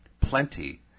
plenty